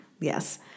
Yes